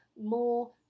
more